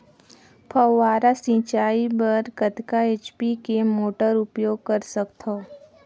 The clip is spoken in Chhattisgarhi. फव्वारा सिंचाई बर कतका एच.पी के मोटर उपयोग कर सकथव?